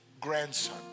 grandson